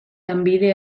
lanbide